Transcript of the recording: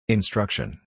Instruction